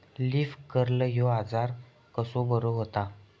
Leaf curl ह्यो आजार कसो बरो व्हता?